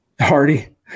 Hardy